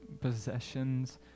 possessions